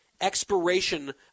expiration